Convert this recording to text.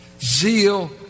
Zeal